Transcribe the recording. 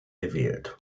gewählt